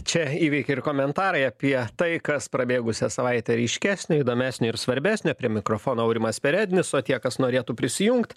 čia įvykiai ir komentarai apie tai kas prabėgusią savaitę ryškesnio įdomesnio ir svarbesnio prie mikrofono aurimas perednis o tie kas norėtų prisijungt